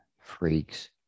freaks